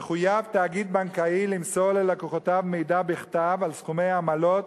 מחויב תאגיד בנקאי למסור ללקוחותיו מידע בכתב על סכומי העמלות,